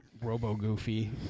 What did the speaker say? robo-goofy